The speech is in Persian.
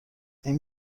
این